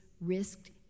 risked